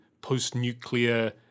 post-nuclear